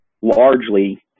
largely